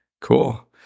Cool